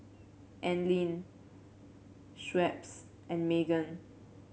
Anlene Schweppes and Megan